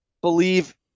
believe